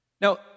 Now